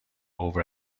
over